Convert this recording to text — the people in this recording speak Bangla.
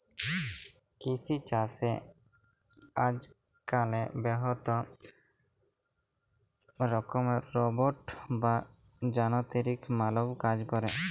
কিসি ছাসে আজক্যালে বহুত রকমের রোবট বা যানতিরিক মালব কাজ ক্যরে